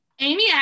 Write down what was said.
Amy